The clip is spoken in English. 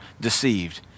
deceived